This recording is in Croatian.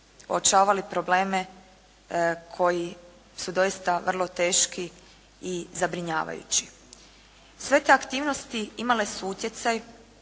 uočavali probleme koji su doista vrlo teški i zabrinjavajući. Sve te aktivnosti imale su utjecaj